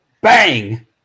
Bang